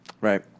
Right